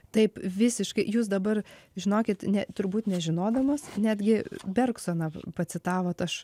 taip visiškai jūs dabar žinokit ne turbūt nežinodamas netgi bergsoną pacitavot aš